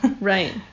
Right